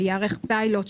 שייערך פיילוט,